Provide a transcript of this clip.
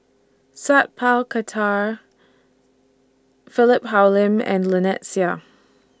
Sat Pal Khattar Philip Hoalim and Lynnette Seah